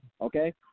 okay